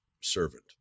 servant